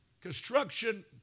construction